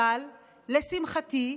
אבל לשמחתי,